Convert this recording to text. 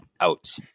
out